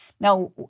Now